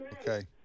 Okay